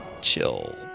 chill